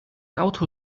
auto